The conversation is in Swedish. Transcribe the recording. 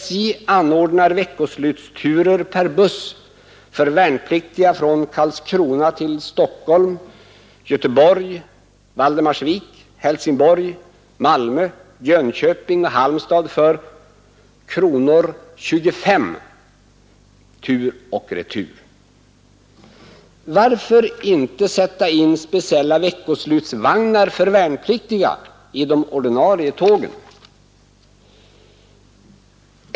SJ anordnar veckoslutsturer per buss för värnpliktiga från Karlskrona till Stockholm, Göteborg, Valdemarsvik, Helsingborg, Malmö, Jönköping och Halmstad för 25 kronor tur och retur. Varför inte sätta in speciella veckoslutsvagnar för värnpliktiga i de ordinarie tågen?